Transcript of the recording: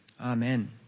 amen